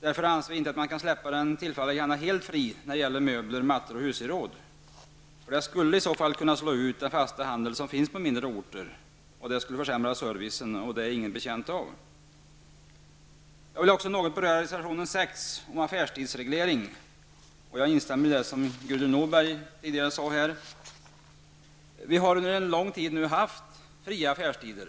Därför anser vi att den tillfälliga handeln inte kan släppas helt fri när det gäller möbler, mattor och husgeråd. Då skulle ju den fasta handel som finns på mindre orter kunna slås ut. Servicen skulle försämras, något som ingen är betjänt av. Jag vill också något beröra reservation nr 6 som handlar om affärstidsregleringen. Jag instämmer i vad Gudrun Norberg sade här. Vi har nu under en lång tid haft fria affärstider.